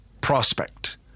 prospect